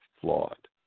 flawed